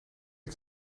dat